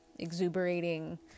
exuberating